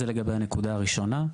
זה לגבי הנקודה הראשונה.